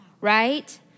right